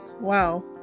wow